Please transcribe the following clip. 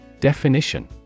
Definition